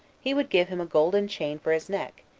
he would give him a golden chain for his neck,